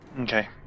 Okay